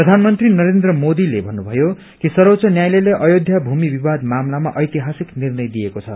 प्रधानमन्त्री नरेन्द्र मोदी ले भन्नुभयो कि सर्वोच्च न्यायालयले अयोध्या भूमि विवाद मामलामा ऐतिहासिक निर्णय दिएको छ